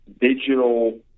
digital